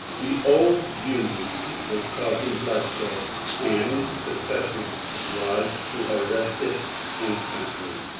the old union was causing bloodshed and secession was to arrest it instantly.